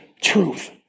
truth